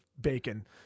bacon